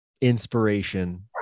inspiration